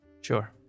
Sure